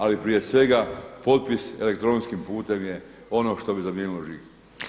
Ali prije svega potpis elektronskim putem je ono što bi zamijenilo žig.